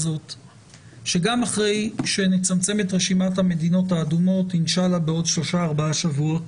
גם אחרי שנצמצם את רשימת המדינות האדומות בעוד שלושה-ארבעה שבועות,